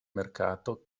mercato